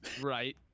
Right